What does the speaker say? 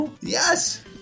yes